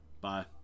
bye